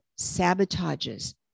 sabotages